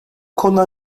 konuda